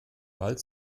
bald